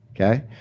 okay